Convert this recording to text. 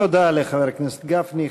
תודה לחבר הכנסת משה גפני.